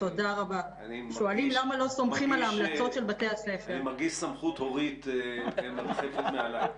מרגיש סמכות הורית מרחפת מעליי.